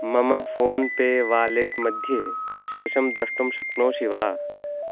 मम PhonePe wallet मध्ये शेषं द्रष्टुं शक्नोषि वा